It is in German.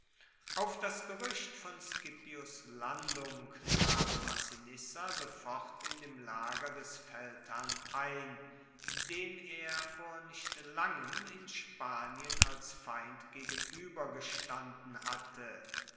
auf das geruecht von scipios landung traf massinissa sofort in dem lager des feldherrn ein dem er vor nicht langem in spanien als feind gegenuebergestanden hatte